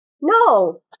No